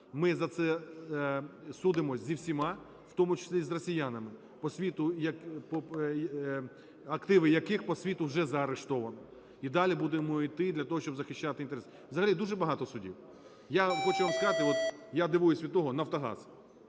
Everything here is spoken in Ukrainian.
Ми за це судимося з усіма, в тому числі з росіянами, по світу… активи яких по світу вже заарештовано, і далі будемо йти для того, щоб захищати інтереси. Взагалі дуже багато судів. Я хочу вам сказати, от я дивуюся від того: "Нафтогаз",